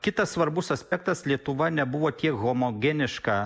kitas svarbus aspektas lietuva nebuvo tiek homogeniška